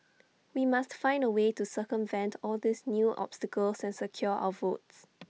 we must find A way to circumvent all these new obstacles and secure our votes